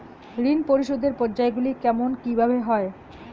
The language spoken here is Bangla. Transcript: ঋণ পরিশোধের পর্যায়গুলি কেমন কিভাবে হয়?